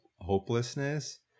hopelessness